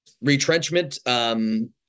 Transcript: retrenchment